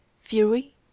fury